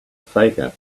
faker